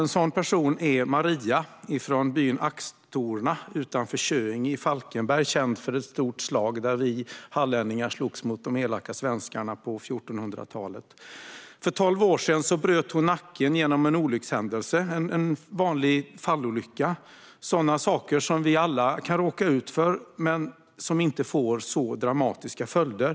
En sådan person är Maria från byn Axtorna utanför Köinge i Falkenberg, en by som är känd för ett stort slag där vi hallänningar slogs mot de elaka svenskarna på 1400-talet. För tolv år sedan bröt Maria nacken genom en olyckshändelse, en vanlig fallolycka. Det kan vi alla råka ut för, men det får ofta inte sådana dramatiska följder.